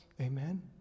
amen